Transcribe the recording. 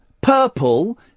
purple